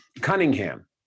Cunningham